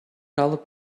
алып